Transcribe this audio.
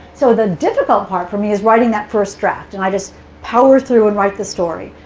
so the difficult part for me is writing that first draft, and i just power through and write the story.